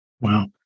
Wow